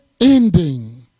ending